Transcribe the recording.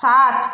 সাত